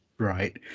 Right